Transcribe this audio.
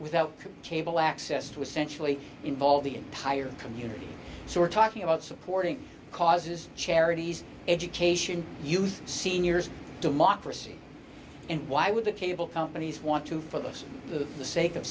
without cable access to essentially involve the entire community so we're talking about supporting causes charities education youth seniors democracy and why would the cable companies want to for those of